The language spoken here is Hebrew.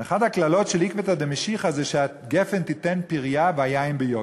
אחת הקללות של עקבתא דמשיחא זה שהגפן תיתן פרייה והיין ביוקר.